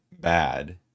bad